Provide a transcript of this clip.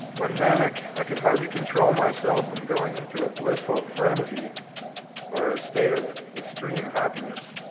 when manic i could hardly control myself from going into a blissful frenzy or a state of extreme happiness.